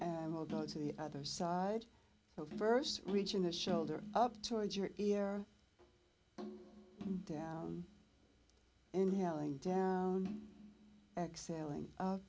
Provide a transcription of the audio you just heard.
and will go to the other side so first reaching the shoulder up towards your ear down and helling down excelling